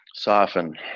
Soften